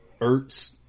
Ertz